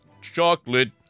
Chocolate